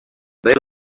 they